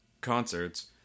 concerts